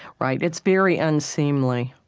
right. it's very unseemly.